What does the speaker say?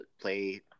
play